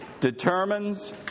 determines